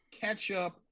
ketchup